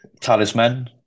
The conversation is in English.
talisman